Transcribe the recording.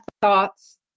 thoughts